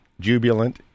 jubilant